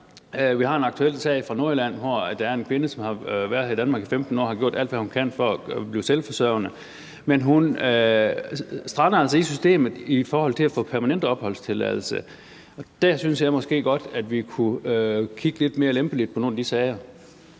Vi har en aktuel sag fra Nordjylland, hvor der er en kvinde, der har været her i 15 år og har gjort alt, hvad hun kan for at blive selvforsørgende, men hun strander altså i systemet i forhold til at få permanent opholdstilladelse, og der synes jeg måske godt, at vi kunne kigge lidt mere lempeligt på nogle af de sager.